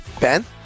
Ben